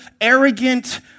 arrogant